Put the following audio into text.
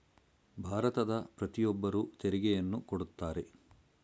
ಭಾರತದ ಪ್ರತಿಯೊಬ್ಬರು ತೆರಿಗೆಯನ್ನು ಕೊಡುತ್ತಾರೆ